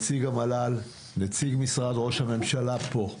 נציג המל"ל, נציג משרד ראש הממשלה, פה.